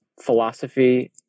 philosophy